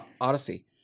Odyssey